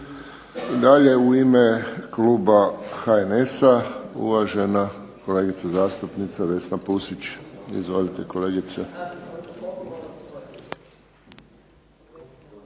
Dalje u ime kluba HNS-a uvažena kolegica zastupnica Vesna Pusić. Izvolite kolegice.